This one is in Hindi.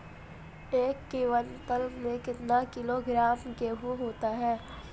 एक क्विंटल में कितना किलोग्राम गेहूँ होता है?